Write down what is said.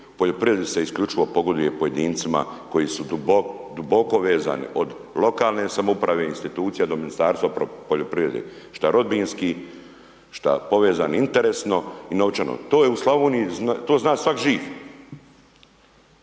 Poljoprivredi se isključivo pogoduje pojedincima koji su duboko vezni od lokalne samouprave, institucija do Ministarstva poljoprivrede šta rodbinski, šta povezani interesno i novčano. To je u Slavoniji, to zna svatko živ.